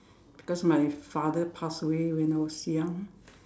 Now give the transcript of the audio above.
because my father passed away when I was young